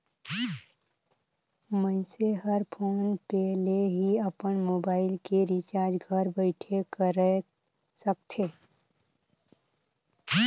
मइनसे हर PhonePe ले ही अपन मुबाइल के रिचार्ज घर बइठे कएर सकथे